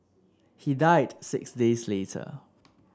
he died six days later